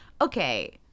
Okay